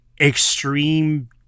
extreme